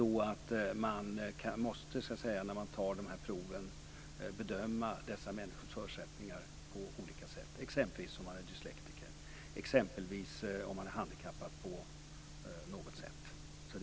Detta innebär att man måste bedöma dessa människors förutsättningar på olika sätt när de gör proven - exempelvis om de är dyslektiker, exempelvis om de är handikappade på något sätt.